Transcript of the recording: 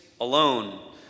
alone